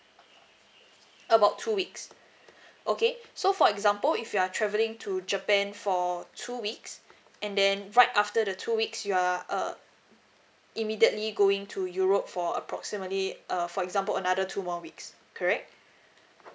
about two weeks okay so for example if you are travelling to japan for two weeks and then right after the two weeks you are uh immediately going to europe for approximately uh for example another two more weeks correct